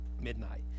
midnight